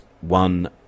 one